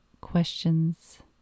questions